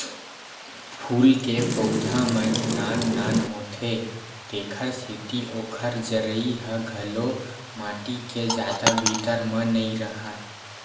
फूल के पउधा मन नान नान होथे तेखर सेती ओखर जरई ह घलो माटी के जादा भीतरी म नइ राहय